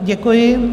Děkuji.